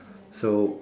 so